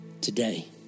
today